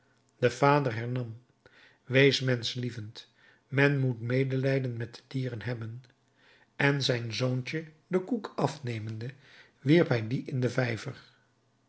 de vader hernam wees menschlievend men moet medelijden met de dieren hebben en zijn zoontje den koek afnemende wierp hij dien in den vijver